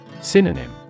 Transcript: Synonym